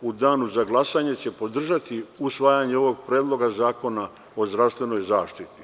u Danu za glasanje će podržati usvajanje ovog predloga zakona o zdravstvenoj zaštiti.